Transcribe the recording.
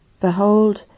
Behold